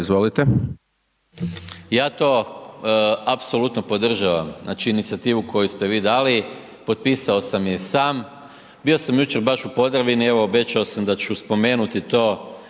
(SDP)** Ja to apsolutno podržavam, znači inicijativu koju ste vi dali, potpisao sam je i sam, bio sam jučer baš u Podravini, evo obećao sam da ću spomenuti to,